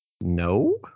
No